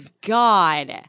God